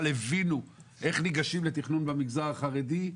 הבינו איך ניגשים לתכנון במגזר החרדי,